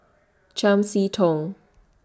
Chiam See Tong